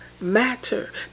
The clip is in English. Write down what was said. matter